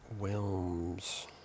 Wilms